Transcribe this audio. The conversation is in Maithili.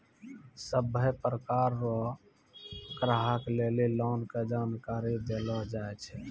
सभ्भे प्रकार रो ग्राहक लेली लोन के जानकारी देलो जाय छै